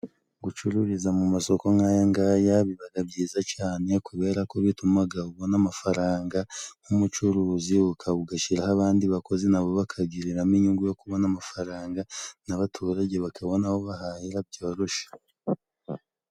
Gucururiza mu masoko nka'aya ngaya bibaga byiza cane kubera ko bitumaga ubona amafaranga nk'umucuruzi ugashiraho abandi bakozi nabo bakagiriramo inyungu yo kubona amafaranga n'abaturage bakabona aho bahahira byoroshe.